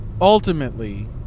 ultimately